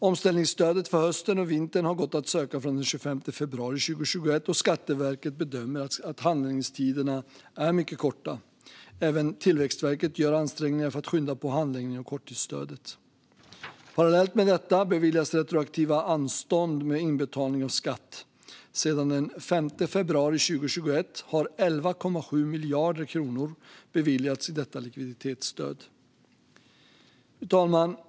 Omställningsstödet för hösten och vintern har gått att söka från den 25 februari 2021, och Skatteverket bedömer att handläggningstiderna är mycket korta. Även Tillväxtverket gör ansträngningar för att skynda på handläggningen av korttidsstödet. Parallellt med detta beviljas retroaktiva anstånd med inbetalning av skatt. Sedan den 5 februari 2021 har 11,7 miljarder kronor beviljats i detta likviditetsstöd. Fru talman!